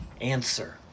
answer